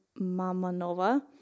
Mamanova